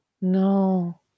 No